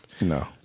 No